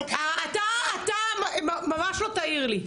אתה ממש לא תעיר לי.